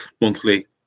monthly